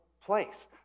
place